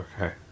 okay